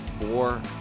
four